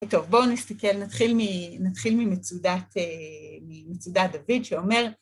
טוב, בואו נסתכל, נתחיל ממצודת דוד שאומר...